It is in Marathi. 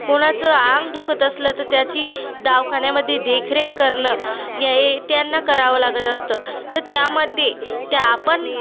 कोणाचं अंग दुखत असलं तर त्याची दवाखान्यामध्ये देखरेख करणं याही त्यांना करावं लागत असतं तर त्यामध्ये त्या आपण